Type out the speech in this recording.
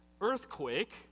earthquake